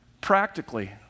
practically